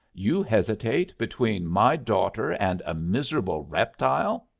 you hesitate between my daughter and a miserable reptile?